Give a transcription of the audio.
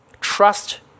trust